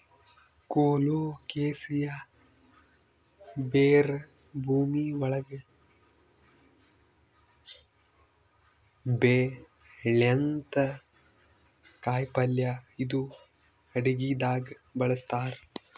colocasia ಬೇರ್ ಭೂಮಿ ಒಳಗ್ ಬೆಳ್ಯಂಥ ಕಾಯಿಪಲ್ಯ ಇದು ಅಡಗಿದಾಗ್ ಬಳಸ್ತಾರ್